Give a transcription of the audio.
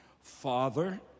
Father